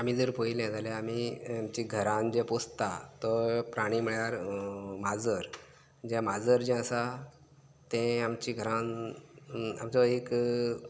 आमी जर पळयलें जाल्यार आमी आमचे घरांत जें पोसता तो प्राणी म्हळ्यार माजर जें माजर जें आसा तें आमची घरान आमचो एक